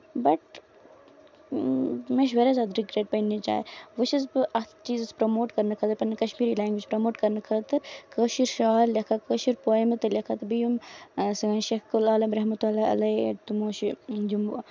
بٹ مےٚ چھُ واریاہ زیادٕ رِگریٹ پَنٕنہِ جایہِ وۄنۍ چھَس بہٕ اَتھ چیٖزَس پراموٹ کرنہٕ خٲطرٕ پَنٕنہِ کَشمیٖری لینگویج پراموٹ کرنہٕ خٲطرٕ کٲشِر شاعر لٮ۪کھان کٲشِر پویمہٕ تہِ لٮ۪کھان تہٕ بیٚیہِ یِم سٲنۍ شیخ العالم رحمتہ اللہ علیہ تِمو چھِ یِم